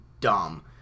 dumb